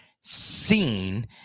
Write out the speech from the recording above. seen